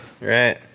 right